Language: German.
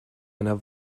einer